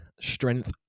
strength